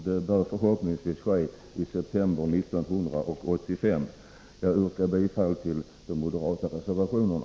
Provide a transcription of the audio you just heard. Detta bör förhoppningsvis ske i september 1985. Jag yrkar bifall till de moderata reservationerna.